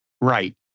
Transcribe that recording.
Right